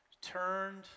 turned